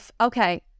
Okay